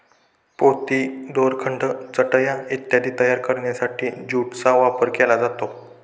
पोती, दोरखंड, चटया इत्यादी तयार करण्यासाठी ज्यूटचा वापर केला जातो